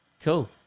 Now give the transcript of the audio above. Cool